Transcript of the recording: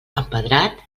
empedrat